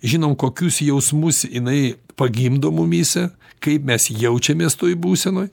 žinom kokius jausmus jinai pagimdo mumyse kaip mes jaučiamės toj būsenoj